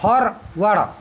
forward